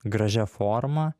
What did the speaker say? gražia forma